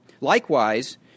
Likewise